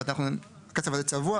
זאת אומרת, הכסף הזה צבוע.